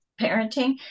parenting